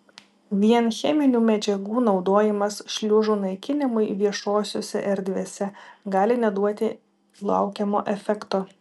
vien cheminių medžiagų naudojimas šliužų naikinimui viešosiose erdvėse gali neduoti laukiamo efekto